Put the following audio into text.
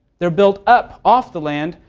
they are built up off the land,